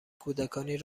کودکانی